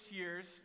years